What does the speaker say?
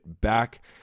back